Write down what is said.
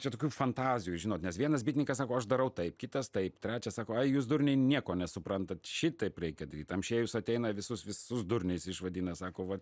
čia tokių fantazijų žinot nes vienas bitininkas sako aš darau taip kitas taip trečias sako ai jūs durniai nieko nesuprantat šitaip reikia daryt amšiejus ateina visus visus durniais išvadina sako vat